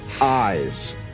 eyes